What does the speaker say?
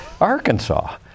Arkansas